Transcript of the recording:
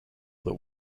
that